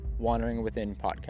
wanderingwithinpodcast